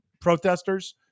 protesters